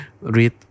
read